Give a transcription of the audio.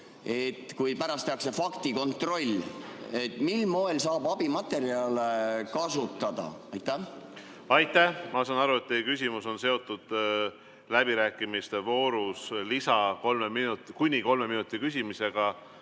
kui pärast tehakse faktikontroll. Mil moel saab abimaterjale kasutada? Aitäh! Ma saan aru, et teie küsimus on seotud läbirääkimiste voorus kuni kolme minuti lisaaja küsimisega.